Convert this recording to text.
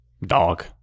Dog